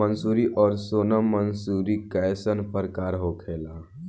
मंसूरी और सोनम मंसूरी कैसन प्रकार होखे ला?